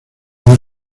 más